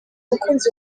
umukunzi